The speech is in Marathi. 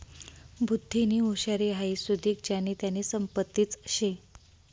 बुध्दीनी हुशारी हाई सुदीक ज्यानी त्यानी संपत्तीच शे